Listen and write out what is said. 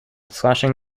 slashing